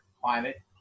climate